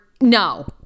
no